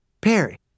Perry